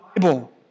Bible